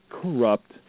corrupt